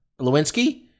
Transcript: Lewinsky